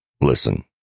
listen